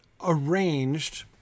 arranged